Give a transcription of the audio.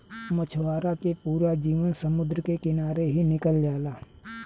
मछवारा के पूरा जीवन समुंद्र के किनारे ही निकल जाला